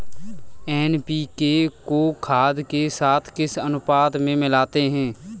NPK को खाद के साथ किस अनुपात में मिलाते हैं?